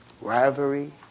Rivalry